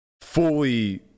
fully